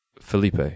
Felipe